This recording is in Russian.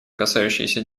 касающиеся